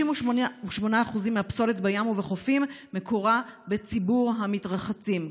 58% מהפסולת בים ובחופים מקורם בציבור המתרחצים,